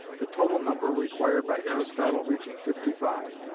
the total number required by aristotle reaching fifty-five.